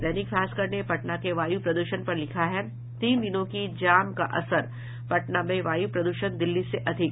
दैनिक भास्कर ने पटना के वायु प्रदूषण पर लिखा है तीन दिनों की जाम का असर पटना में वायु प्रद्षण दिल्ली से अधिक